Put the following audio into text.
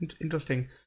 Interesting